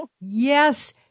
Yes